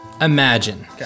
imagine